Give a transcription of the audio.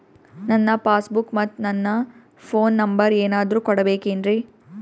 ನನ್ನ passbook ಮತ್ ನನ್ನ ಫೋನ್ ನಂಬರ್ ಏನಾದ್ರು ಕೊಡಬೇಕೆನ್ರಿ?